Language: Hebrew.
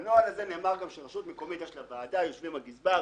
בנוהל הזה נאמר שרשות מקומית יש לה ועדה שיושבים בה הגזבר,